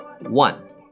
One